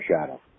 shadow